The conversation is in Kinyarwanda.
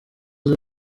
z’u